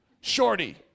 Shorty